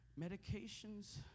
medications